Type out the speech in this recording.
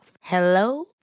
Hello